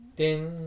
ding